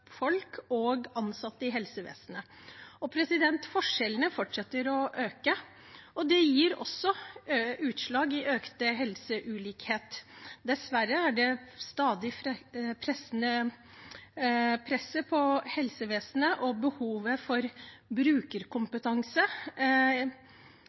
folk og av ansatte i helsevesenet. Forskjellene fortsetter å øke, og det gir seg også utslag i økt helseulikhet. Dessverre er det stadige presset på helsevesenet og behovet for